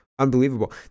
Unbelievable